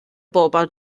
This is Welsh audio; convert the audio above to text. bobol